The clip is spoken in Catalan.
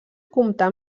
comptar